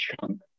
chunk